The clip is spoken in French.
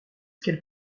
qu’elle